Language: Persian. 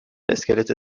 اسکلت